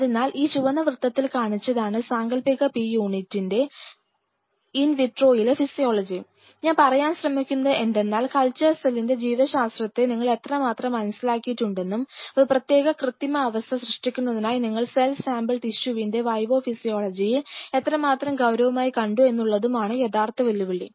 അതിനാൽ ഈ ചുവന്ന വൃത്തത്തിൽ കാണിച്ചതാണ് സാങ്കൽപ്പിക പി യൂണിറ്റിന്റെ ഇൻ വിട്രോയിലെ ഫിസിയോളജി ഞാൻ പറയാൻ ശ്രമിക്കുന്നത് എന്തെന്നാൽ കൾച്ചർ സെല്ലിന്റെ ജീവശാസ്ത്രത്തെ നിങ്ങൾ എത്രമാത്രം മനസിലാക്കിയിട്ടുണ്ടെന്നും ഒരു പ്രത്യേക കൃത്രിമ അവസ്ഥ സൃഷ്ടിക്കുന്നതിനായി നിങ്ങൾ സെൽ സാമ്പിൾ ടിഷ്യുവിന്റെ വിവോ ഫിസിയോളജിയെ എത്രമാത്രം ഗൌരവമായി കണ്ടു എന്നുള്ളതുമാണ് യഥാർത്ഥ വെല്ലുവിളി